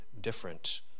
different